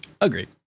Agreed